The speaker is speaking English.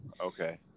Okay